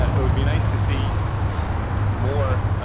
it would be nice to see more